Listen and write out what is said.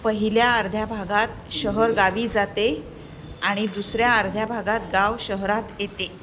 पहिल्या अर्ध्या भागात शहर गावी जाते आणि दुसऱ्या अर्ध्या भागात गाव शहरात येते